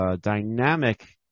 dynamic